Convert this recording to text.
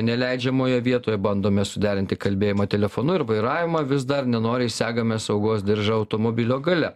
neleidžiamoje vietoje bandome suderinti kalbėjimą telefonu ir vairavimą vis dar nenoriai segame saugos diržą automobilio gale